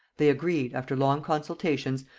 they agreed, after long consultations,